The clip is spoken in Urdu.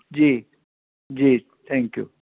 جی جی تھینک یو